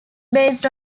based